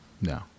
No